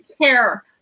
care